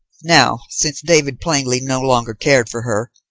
now, since david plainly no longer cared for her,